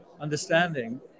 understanding